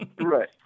Right